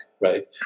right